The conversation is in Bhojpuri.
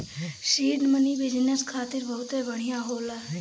सीड मनी बिजनेस खातिर बहुते बढ़िया होला